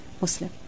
Muslim